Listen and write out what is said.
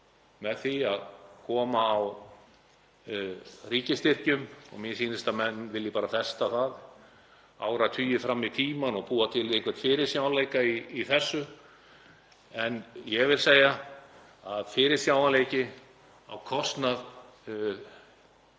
með því að koma á ríkisstyrkjum og mér sýnist að menn vilji bara festa það áratugi fram í tímann og búa til einhvern fyrirsjáanleika í þessu. En fyrirsjáanleiki á kostnað